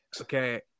Okay